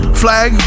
flag